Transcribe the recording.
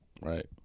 right